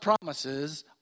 promises